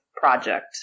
Project